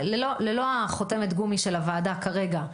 ללא חותמת הגומי של הוועדה כרגע.